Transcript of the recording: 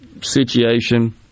situation